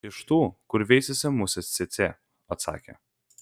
iš tų kur veisiasi musės cėcė atsakė